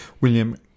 William